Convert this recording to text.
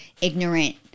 ignorant